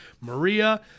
Maria